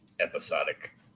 episodic